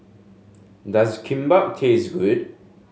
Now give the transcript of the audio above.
does Kimbap taste good